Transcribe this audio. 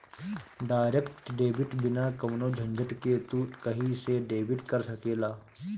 direct debit बिना कवनो झंझट के तू कही से डेबिट कर सकेला